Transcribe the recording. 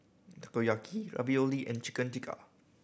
Takoyaki Ravioli and Chicken Tikka